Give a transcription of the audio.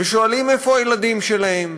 ושואלים איפה הילדים שלהם.